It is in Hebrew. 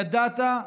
ידעת,